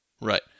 Right